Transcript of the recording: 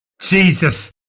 Jesus